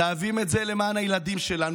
חייבים את זה למען הילדים שלנו,